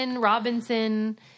Robinson